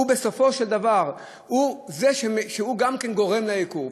הוא בסופו של דבר גם כן גורם לייקור.